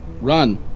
run